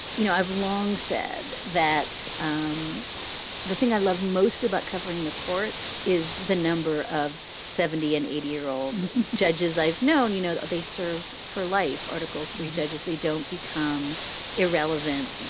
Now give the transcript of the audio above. you know, i've long said that um the thing i love most about covering the courts is the number of seventy and eighty year old judges i've known. you know, they serve for life. article three judges, they don't become irrelevant,